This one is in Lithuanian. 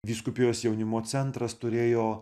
vyskupijos jaunimo centras turėjo